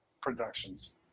productions